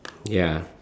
ya